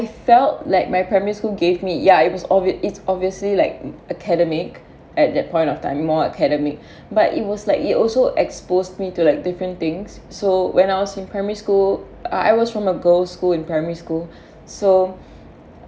felt like my primary school gave me ya it was ob~ it's obviously like academic at that point of time more academic but it was like it also exposed me to like different things so when I was in primary school I was from a girls school in primary school so